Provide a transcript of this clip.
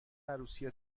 عروسی